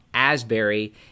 Asbury